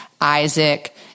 Isaac